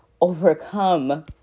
overcome